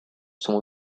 sont